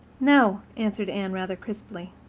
no, answered anne, rather crisply.